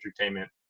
entertainment